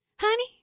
honey